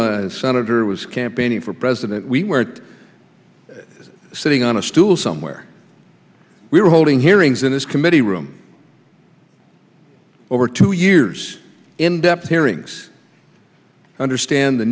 and senator was campaigning for president we were sitting on a stool somewhere we were holding hearings in this committee room over two years in depth hearings understand the